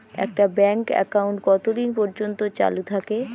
একটা bank account কতদিন পর্যন্ত চালু থাকে?